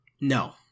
No